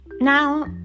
Now